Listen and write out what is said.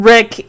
Rick